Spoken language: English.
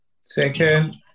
Second